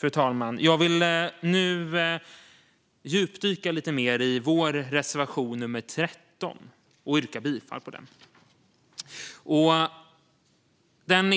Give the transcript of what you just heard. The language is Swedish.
Fru talman! Jag vill nu djupdyka lite i vår reservation nr 13 och yrka bifall till den.